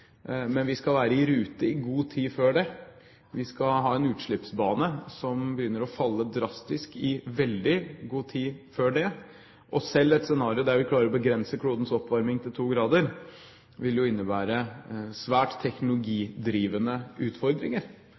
men vi skal være i rute i god tid før det – vi skal ha en utslippsbane som begynner å falle drastisk i veldig god tid før det. Selv et scenario der vi klarer å begrense klodens oppvarming til to grader, vil innebære svært teknologidrivende utfordringer.